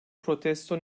protesto